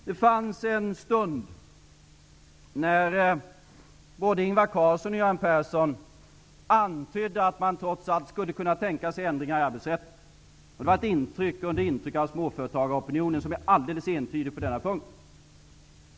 Det fanns en stund då både Ingvar Carlsson och Göran Persson antydde att de trots allt skulle kunna tänka sig ändringar i arbetsrätten. Det var ett intryck under intryck av småföretagaropinionen som är alldeles entydig på denna punkt.